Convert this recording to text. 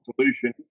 solution